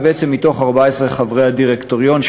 ובעצם מתוך 14 חברי הדירקטוריון,